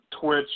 Twitch